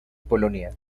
polonia